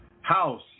house